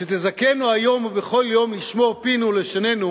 שתזכנו היום ובכל יום לשמור פינו ולשוננו